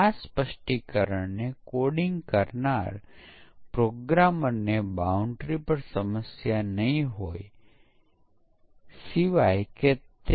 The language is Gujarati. જેમ જેમ પરીક્ષણ આગળ વધતું જાય છે તેમ તેમ વધુને વધુ ભૂલો મળી આવે છે તેથી ક્યારે કોઈ નિર્ણય લે છે કે પરીક્ષણની આગળ કોઈ આવશ્યકતા નથી